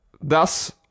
Thus